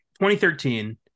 2013